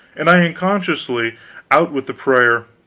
and i unconsciously out with the prayer,